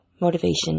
motivation